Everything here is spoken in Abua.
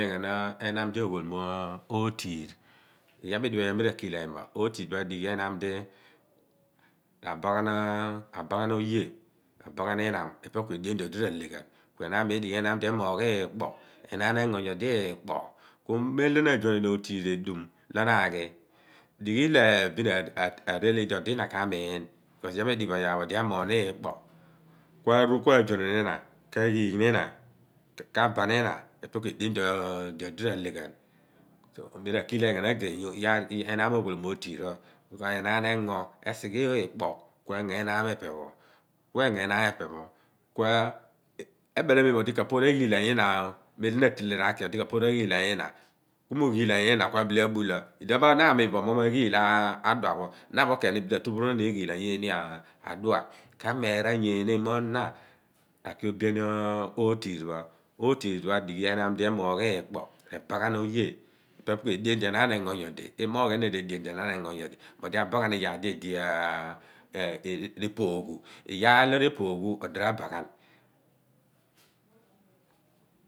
ebnam di oghil mo ootirh ku iyaar pho edighi bo ku mi rakiilaany ghan bo ootirh adoghi ehaam di rabaghan raba ghan oye rabaghan ihnami epe ku edien di oid r'ahle ghan ki ehnam mo edighi ehnam di emoogh akpo enaam engo nyodi ikpo ku mem lo na aazuanaan ootiirh edum di na aghi dighi leeph bin areele idi odi ina ka/miin because idi edighi bo iyaar pho odi amoogh ikpo ku aaru ku aazuanaan ina a ghiigh ni yina ka ba ni ina epe ku edien di odi r'ahu ghan si mi ra kilaany ghan nyodi agey ehnam mo oghol bo mo ootiirh because enaan esighe engo ikpo ku engo ehaam mo epe pho ku me engo ehnam mo epe pho ku ebel amem mo odi ka poorh n'aghi laany ina mem di na adele r'aki nli kapoorh aghi laany ina ku mo ghiilaany ina ku ab ee abula idnon pho na amun bo mo maghul adua pho na pho ken ni bile atupnron agna eaghiil bin anyeene adua ka/meera anyeene mo na ra ki obe an ooturh pho ookiirh pho adugh ehnam di emoogh iikpo re ha ghan oye ipe bin ku edien di enaan engo nyodi moogh enon odo edien di enaan engo nyodi mo odi abaghan iyaar di edi reepozghu elo re/pooghu odi ra/ba